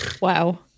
wow